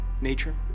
nature